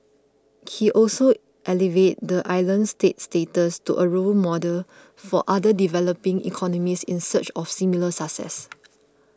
he also elevated the island state's status to a role model for other developing economies in search of similar success